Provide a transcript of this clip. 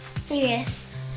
serious